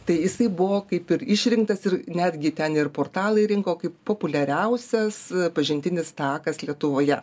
tai jisai buvo kaip ir išrinktas ir netgi ten ir portalai rinko kaip populiariausias pažintinis takas lietuvoje